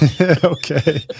Okay